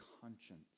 conscience